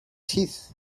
teeth